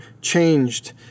changed